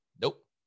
Nope